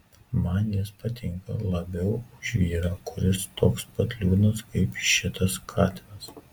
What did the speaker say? man jis patinka labiau už vyrą kuris toks pat liūdnas kaip šitas katinas